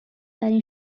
ترین